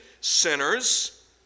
sinners